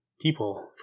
people